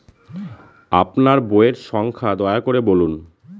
আপনার বইয়ের সংখ্যা দয়া করে বলুন?